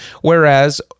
Whereas